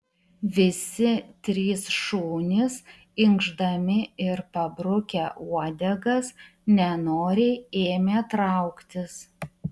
visi trys šunys inkšdami ir pabrukę uodegas nenoriai ėmė trauktis